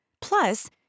Plus